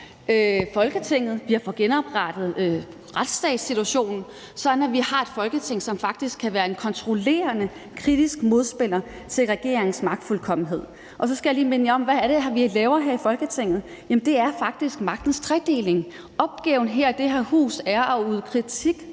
Folketinget, at få genoprettet retsstatssituationen, sådan at vi har et Folketing, som faktisk kan være en kontrollerende, kritisk modspiller til regeringens magtfuldkommenhed. Og så skal jeg lige minde jer om, hvad det er, vi laver her i Folketinget. Det er faktisk magtens tredeling. Opgaven her i dette hus er at udøve kritik,